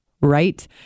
right